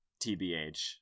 tbh